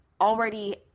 already